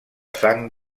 sang